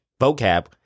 Vocab